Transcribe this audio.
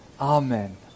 Amen